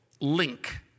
link